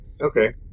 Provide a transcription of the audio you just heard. okay